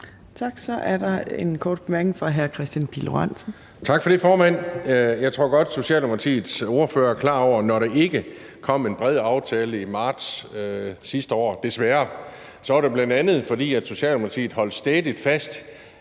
Tak for det, formand. Jeg tror godt, at Socialdemokratiets ordfører er klar over, at når der ikke kom en bred aftale i marts sidste år, desværre, var det bl.a., fordi Socialdemokratiet holdt stædigt fast